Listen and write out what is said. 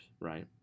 right